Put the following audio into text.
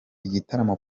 igitaramo